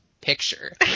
picture